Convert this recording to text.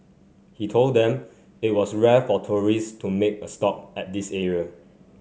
he told them it was rare for tourists to make a stop at this area